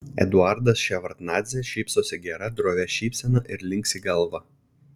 eduardas ševardnadzė šypsosi gera drovia šypsena ir linksi galva